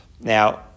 Now